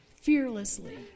fearlessly